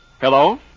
Hello